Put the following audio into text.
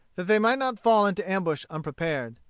that they might not fall into ambush unprepared.